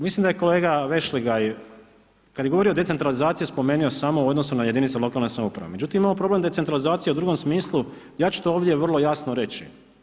Mislim da je kolega Vešligaj, kada je govorio o decentralizaciji, spomenuo samo u odnosu na jedinice lokalne samouprave, međutim, imamo problem decentralizacije u drugom smislu, ja ću to ovdje vrlo jasno reći.